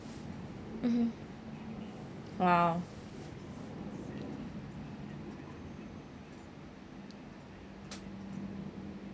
mmhmm !wow!